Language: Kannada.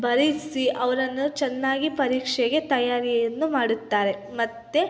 ಬರೆಸಿ ಅವರನ್ನು ಚೆನ್ನಾಗಿ ಪರೀಕ್ಷೆಗೆ ತಯಾರಿಯನ್ನು ಮಾಡುತ್ತಾರೆ ಮತ್ತು